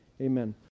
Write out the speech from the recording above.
Amen